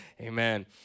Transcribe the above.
Amen